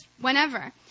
whenever